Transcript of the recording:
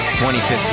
2015